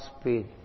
speed